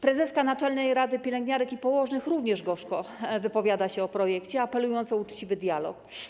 Prezeska Naczelnej Rady Pielęgniarek i Położnych również gorzko wypowiada się o projekcie, apelując o uczciwy dialog.